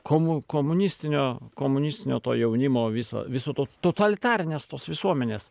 komu komunistinio komunistinio to jaunimo viso viso to totalitarinės tos visuomenės